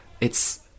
it's-